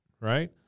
right